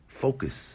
focus